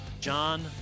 John